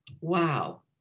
wow